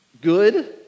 Good